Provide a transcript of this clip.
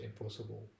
impossible